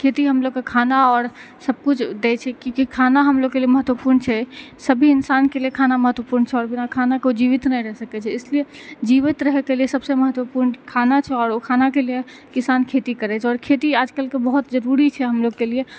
खेती हमलोग के खाना और सबकिछु दै छै कियाकि खाना हमलोग के लिए महत्वपूर्ण छै सभी इन्सान के लिए खाना महत्वपूर्ण छै और बिना खाना के ओ जीवित नहि रहि सकै छै इसलिए जीवित रहै के लिए सबसँ महत्वपूर्ण खाना छै और ओ खाना के लिए किसान खेती करै छै और खेती आजकल के बहुत जरुरी छै हमलोग के लिए